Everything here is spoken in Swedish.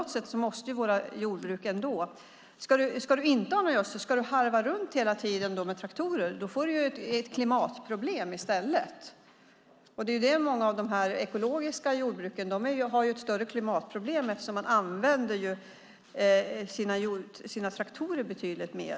Om man inte använder gödsel och i stället ska harva runt hela tiden med traktorer får man i stället ett klimatproblem. Många ekologiska jordbruk har klimatproblem, för de använder sina traktorer betydligt mer.